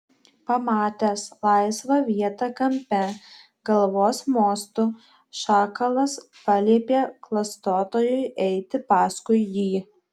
pamatęs laisvą vietą kampe galvos mostu šakalas paliepė klastotojui eiti paskui jį